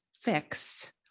fix